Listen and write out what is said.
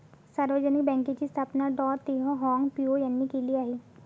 सार्वजनिक बँकेची स्थापना डॉ तेह हाँग पिओ यांनी केली आहे